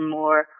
more